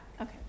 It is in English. Okay